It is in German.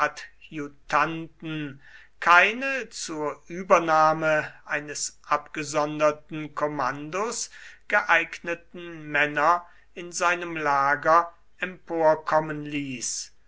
adjutanten keine zur übernahme eines abgesonderten kommandos geeigneten männer in seinem lager emporkommen ließ